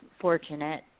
fortunate